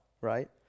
right